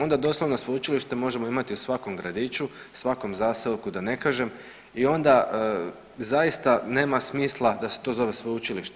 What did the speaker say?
Onda doslovno sveučilište možemo imati u svakom gradiću, svakom zaseoku da ne kažem i onda zaista nema smisla da se to zove sveučilište.